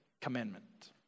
commandment